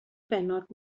bennod